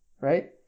right